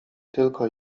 tylko